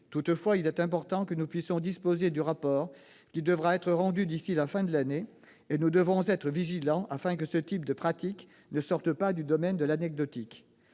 Toutefois, il est important que nous puissions disposer du rapport qui devra être rendu d'ici à la fin de l'année. Nous devrons être vigilants, afin que ce type de pratique ne sorte pas du domaine de l'anecdotique.